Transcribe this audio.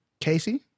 Casey